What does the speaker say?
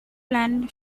plan